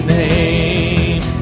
name